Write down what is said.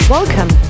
Welcome